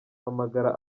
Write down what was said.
mpamagara